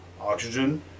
oxygen